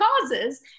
causes